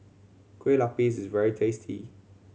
Kueh Lupis is very tasty